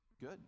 Good